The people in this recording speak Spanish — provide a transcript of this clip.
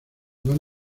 van